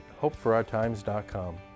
hopeforourtimes.com